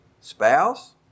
spouse